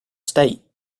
state